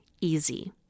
easy